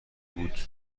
بود